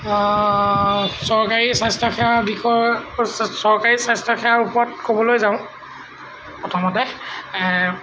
চৰকাৰী স্বাস্থ্যসেৱা বিষয়ে চৰকাৰী স্বাস্থ্যসেৱাৰ ওপৰত ক'বলৈ যাওঁ প্ৰথমতে